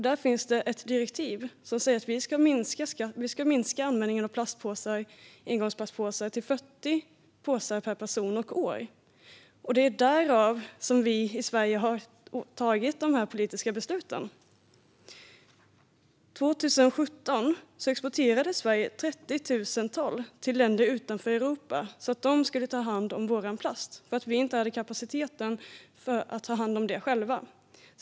Det finns ett direktiv som säger att vi ska minska användningen av engångsplastpåsar till 40 påsar per person och år. Det är därför som vi i Sverige har tagit dessa politiska beslut. År 2017 exporterade Sverige 30 000 ton plast till länder utanför Europa för att de skulle ta hand om den. Vi hade inte kapaciteten att ta hand om den själva.